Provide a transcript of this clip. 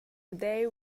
day